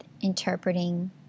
interpreting